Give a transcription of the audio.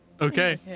Okay